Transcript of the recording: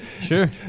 Sure